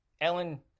Ellen